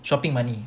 shopping money